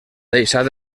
deixat